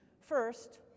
First